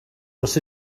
dros